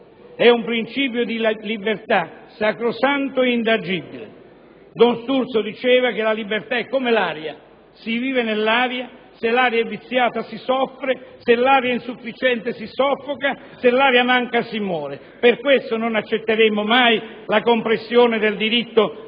È un principio di libertà, sacrosanto e intangibile. Don Sturzo affermava che la libertà è come l'aria. Si vive nell'aria: se l'aria è viziata si soffre, se è insufficiente si soffoca, se manca si muore. Per questo non accetteremo mai la compressione del diritto di